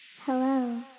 Hello